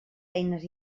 eines